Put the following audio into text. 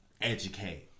educate